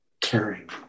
caring